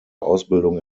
ausbildung